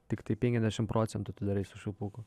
tiktai penkiasdešimt procentų tu darai su švilpuku